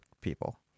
people